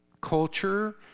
culture